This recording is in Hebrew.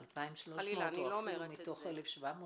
2,300 או אפילו מתוך 1,795?